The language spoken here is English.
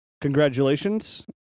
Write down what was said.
congratulations